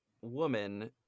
woman